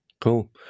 cool